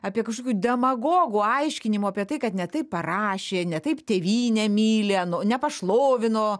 apie kažkokių demagogų aiškinimų apie tai kad ne taip parašė ne taip tėvynę myli ano nepašlovino